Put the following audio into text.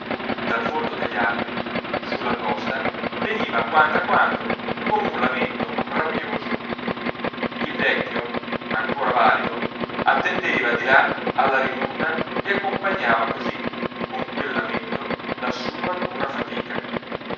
dal folto degli alberi sulla costa veniva a quando a quando come un lamento rabbioso il vecchio ancora valido attendeva di là alla rimonda e accompagnava così con quel lamento la sua dura fatica